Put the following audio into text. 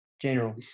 general